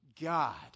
God